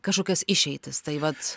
kažkokias išeitis tai vat